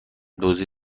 دزدی